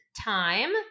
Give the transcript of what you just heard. time